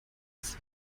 als